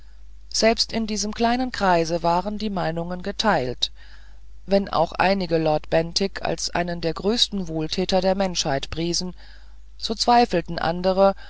selbst in diesem kleinen kreise waren die meinungen geteilt wenn auch einige lord bentinck als einen der größten wohltäter der menschheit priesen so zweifelten andere